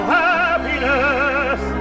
happiness